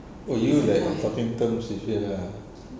oh you like in talking terms with her ah